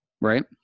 Right